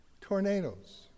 tornadoes